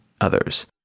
others